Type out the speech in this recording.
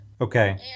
Okay